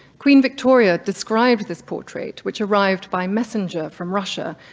queen victoria described this portrait which arrived by messenger from russia,